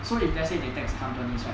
so if let's say they tax companies right